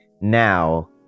Now